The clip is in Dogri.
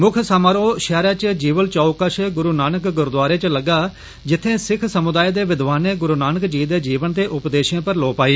मुक्ख समारोह शैहरा च जिवल चौक कश गुरु नानक गुरुद्दारे च लग्गा जित्थें सिक्ख समुदाए दे विद्वानें गुरु नानक जी दे जीवन ते उपदेशें पर लौऽ पाई